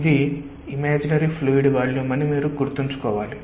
ఇది imaginary fluid volume అని మీరు గుర్తుంచుకోవాలి